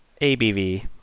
ABV